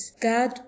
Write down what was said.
God